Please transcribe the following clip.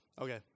Okay